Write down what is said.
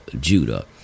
Judah